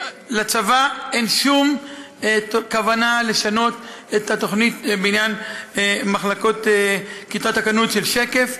לצבא אין שום כוונה לשנות את התוכנית בעניין כיתות הכוננות של שקף.